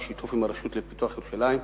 בשיתוף עם הרשות לפיתוח ירושלים,